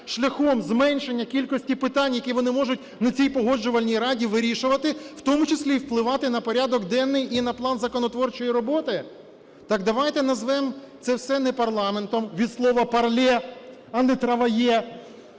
шляхом зменшення кількості питань, які вони можуть на цій Погоджувальній раді вирішувати, в тому числі і впливати на порядок денний і на план законотворчої роботи? Так давайте назвемо це все не парламентом від слова parler, а не